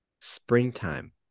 springtime